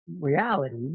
reality